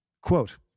Quote